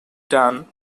done